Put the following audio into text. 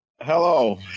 Hello